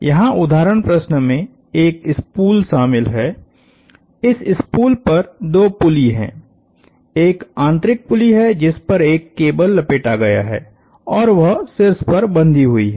यहां उदाहरण प्रश्न में एक स्पूल शामिल है इस स्पूल पर दो पुल्ली हैं एक आंतरिक पुल्ली है जिस पर एक केबल लपेटा गया है और वह शीर्ष पर बंधी हुई है